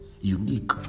unique